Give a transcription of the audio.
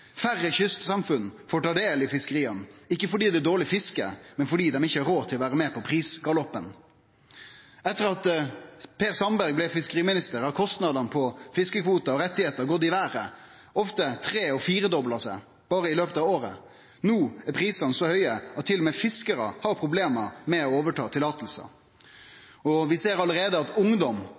Færre kystsamfunn får ta del i fiskeria, ikkje fordi det er dårleg fiske, men fordi dei ikkje har råd til å vere med på prisgaloppen. Etter at Per Sandberg blei fiskeriminister, har kostnadene på fiskekvotar og rettar gått i vêret, ofte tre- og firedobla seg, berre i løpet av året. No er prisane så høge at til og med fiskarar har problem med å overta tillatingar, og vi ser allereie at ungdom